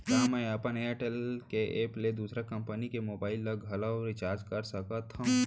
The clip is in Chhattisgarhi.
का मैं अपन एयरटेल के एप ले दूसर कंपनी के मोबाइल ला घलव रिचार्ज कर सकत हव?